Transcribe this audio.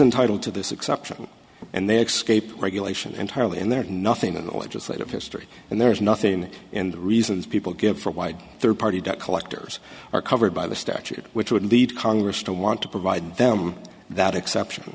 entitle to this exception and they excrete the regulation entirely and there is nothing in the legislative history and there's nothing in the reasons people give for why third party debt collectors are covered by the statute which would lead congress to want to provide them with that exception